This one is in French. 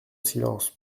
silence